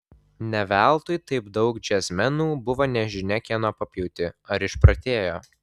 ne veltui taip daug džiazmenų buvo nežinia kieno papjauti ar išprotėjo